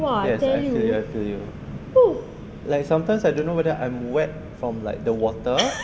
yes I feel you I feel you like sometimes I don't know whether I'm wet from like the water or